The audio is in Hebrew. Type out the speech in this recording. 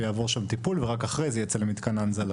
ויעבור שם טיפול ורק אחרי זה ייצא למתקן ההנזלה,